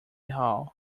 hall